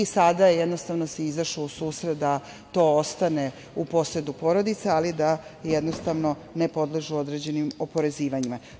Sada se izašlo u susret da to ostane u posedu porodice, ali da jednostavno ne podležu određenim oporezivanjima.